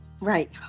Right